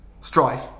Strife